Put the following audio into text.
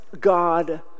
God